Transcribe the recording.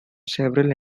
several